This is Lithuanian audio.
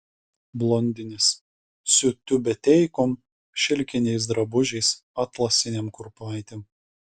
blondinės su tiubeteikom šilkiniais drabužiais atlasinėm kurpaitėm